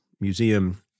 museum